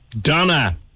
Donna